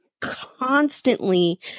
constantly